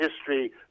history